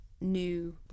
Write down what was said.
new